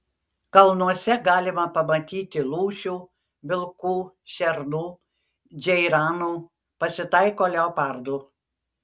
kalnuose galima pamatyti lūšių vilkų šernų džeiranų pasitaiko leopardų